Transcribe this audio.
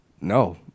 No